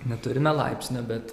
neturime laipsnio bet